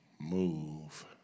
move